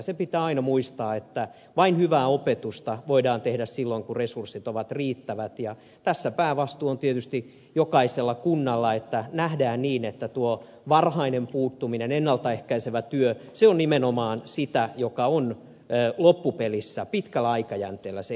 se pitää aina muistaa että hyvää opetusta voidaan tehdä vain silloin kun resurssit ovat riittävät ja tässä päävastuu on tietysti jokaisella kunnalla että nähdään niin että tuo varhainen puuttuminen ennalta ehkäisevä työ on nimenomaan sitä joka on loppupelissä pitkällä aikajänteellä se edullisin tapa